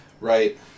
Right